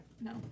No